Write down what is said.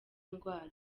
ndwara